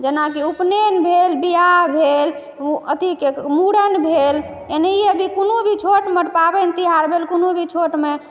जेनाकि उपनयन भेल बिआह भेल अथीके मुड़न भेल एनाहिए भी कोनो भी छोट मोट पाबनि तिहार भेल कोनो भी छोटमे